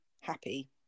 happy